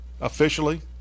officially